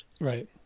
Right